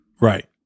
Right